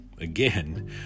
again